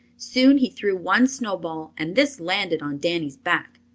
soon he threw one snowball and this landed on danny's back.